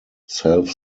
self